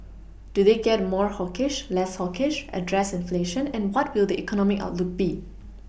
do they get more hawkish less hawkish address inflation and what will the economic outlook be